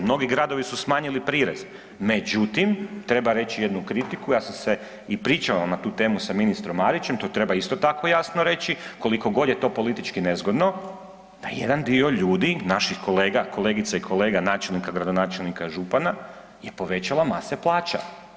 Mnogi gradovi su smanjili prirez, međutim, treba reći jednu kritiku, ja sam se i pričao na tu temu sa ministrom Marićem, to treba isto tako jasno reći, koliko god je to politički nezgodno, da jedan dio ljudi, naših kolega, kolegica i kolega, načelnika, gradonačelnika, župana je povećalo mase plaća.